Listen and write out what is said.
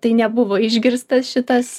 tai nebuvo išgirstas šitas